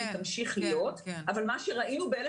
והיא תמשיך להיות אבל ראינו באלה